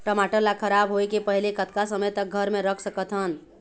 टमाटर ला खराब होय के पहले कतका समय तक घर मे रख सकत हन?